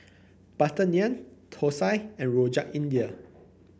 butter naan thosai and Rojak India